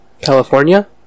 California